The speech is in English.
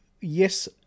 yes